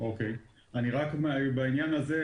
בעניין הזה.